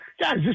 guys